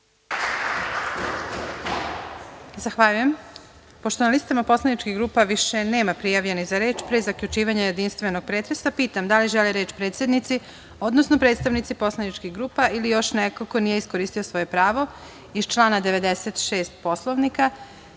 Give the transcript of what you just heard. Hvala vam. Pošto na listama poslaničkih grupa više nema prijavljenih za reč, pre zaključivanja jedinstvenog pretresa, pitam da li žele reč predsednici, odnosno predstavnici poslaničkih grupa, ili još neko ko nije iskoristio svoje pravo iz člana 96. Poslovnika? Reč